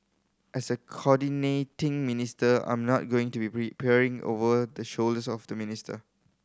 as a coordinating minister I'm not going to be peering over the shoulders of the minister